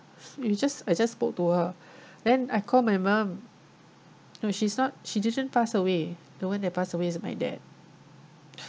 you just I just spoke to her then I call my mom no she's not she didn't pass away the one that pass away is my dad